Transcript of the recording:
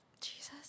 Jesus